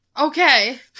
Okay